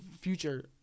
future